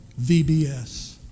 VBS